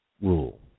rule